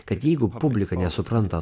kad jeigu publika nesupranta